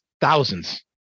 thousands